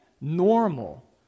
Normal